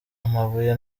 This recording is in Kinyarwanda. amabuye